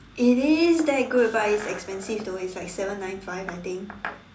it is that good but it's expensive though it's like seven nine five I think